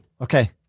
Okay